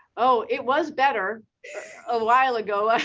oh, it was better a while ago, ah